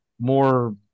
more